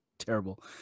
terrible